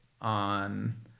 on